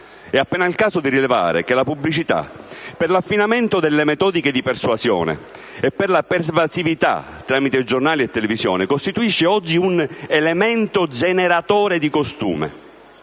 È appena il caso di rilevare che la pubblicità, per l'affinamento delle metodiche di persuasione e per la pervasività tramite giornali e televisione, costituisce oggi un elemento generatore di costume,